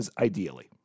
ideally